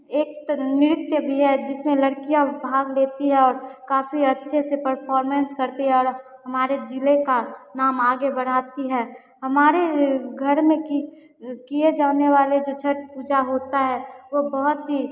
एक तो नृत्य भी है जिसमें लड़कियाँ भाग लेती हैं और काफी अच्छे से परफॉरमेन्स करती हैं और हमारे ज़िले का नाम आगे बढ़ाती हैं हमारे घर में की की जाने वाली जो छठ पूजा होती है वह बहुत ही